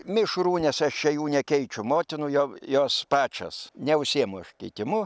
mišrūnės aš čia jų nekeičiu motinų jau jos pačios neužsiimu aš keitimu